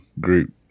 group